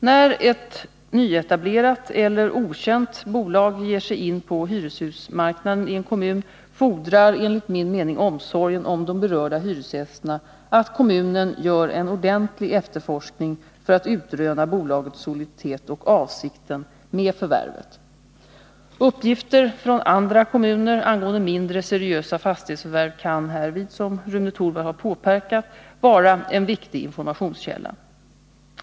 När ett nyetablerat eller okänt bolag ger sig in på hyreshusmarknaden i en kommun fordrar enligt min mening omsorgen om de berörda hyresgästerna att kommunen gör en ordentlig efterforskning för att utröna bolagets soliditet och avsikten med förvärvet. Uppgifter från andra kommuner angående mindre seriösa fastighetsförvärv kan härvid, såsom Rune Torwald har påpekat, vara en viktig informationskälla.